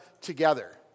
together